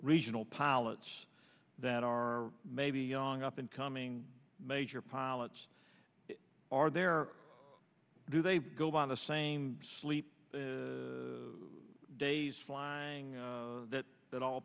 regional pilots that are maybe young up and coming major pilots are there do they go by the same sleep days flying that that all